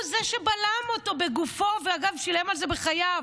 הוא זה שבלם אותו בגופו, ואגב, שילם על זה בחייו.